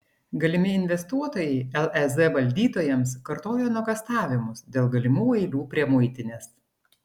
galimi investuotojai lez valdytojams kartojo nuogąstavimus dėl galimų eilių prie muitinės